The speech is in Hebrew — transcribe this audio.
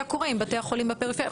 מה היה קורה עם בתי החולים בפריפריה?